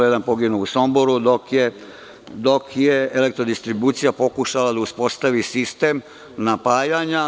Jedan je poginuo u Somboru dok je Elektrodistribucija pokušala da uspostavi sistem napajanja.